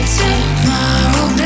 tomorrow